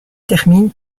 termine